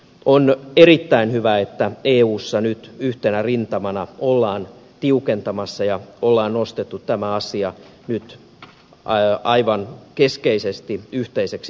on erittäin hyvä että eussa nyt yhtenä rintamana ollaan rangaistuksia tiukentamassa ja on nostettu tämä asia nyt aivan keskeiseksi huolenaiheeksi